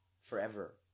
Forever